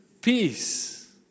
peace